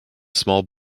small